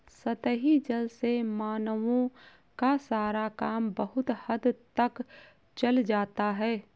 सतही जल से मानवों का सारा काम बहुत हद तक चल जाता है